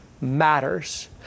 matters